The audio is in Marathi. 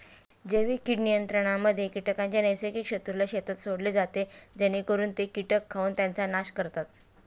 जैविक कीड नियंत्रणामध्ये कीटकांच्या नैसर्गिक शत्रूला शेतात सोडले जाते जेणेकरून ते कीटक खाऊन त्यांचा नाश करतात